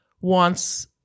wants